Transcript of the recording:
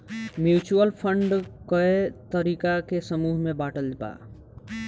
mutual fund कए तरीका के समूह में बाटल बा